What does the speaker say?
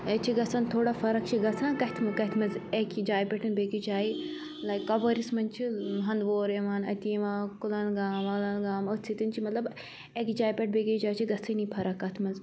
ییٚتہِ چھِ گژھان تھوڑا فرق چھِ گژھان کَتھِ کَتھِ منٛز اَکہِ جایہِ پٮ۪ٹھ بیٚیِس جایہِ لایک کَپوٲرِس منٛز چھِ ہَنٛدوور یِوان اَتہِ یِوان کُلَن گام وَلَن گام أتھۍ سۭتۍ چھِ مطلب اَکہِ جایہِ پٮ۪ٹھ بیٚیِس جایہِ چھِ گژھانٕے فرق اَتھ منٛز